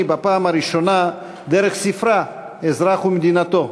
בפעם הראשונה דרך ספרה "אזרח ומדינתו",